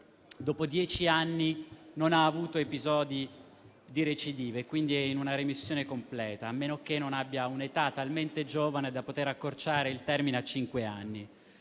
dopo dieci anni, non ha avuto episodi di recidive e quindi è in una remissione completa, a meno che non abbia un'età talmente giovane da poter accorciare il termine a cinque anni.